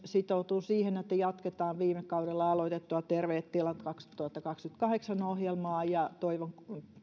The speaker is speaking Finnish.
sitoutuu siihen että jatketaan viime kaudella aloitettua terveet tilat kaksituhattakaksikymmentäkahdeksan ohjelmaa ja toivon